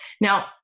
Now